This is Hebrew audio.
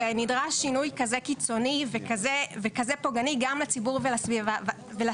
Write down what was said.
שנדרש שינוי כזה קיצוני וכזה פוגעני גם לציבור ולסביבה.